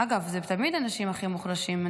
אגב, זה תמיד האנשים הכי מוחלשים.